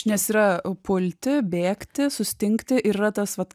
nes yra pulti bėgti sustingti ir yra tas vat